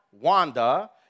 Wanda